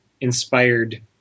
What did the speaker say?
inspired